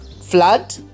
flood